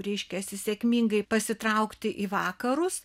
ryškiasi sėkmingai pasitraukti į vakarus